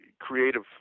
creative